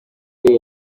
iyi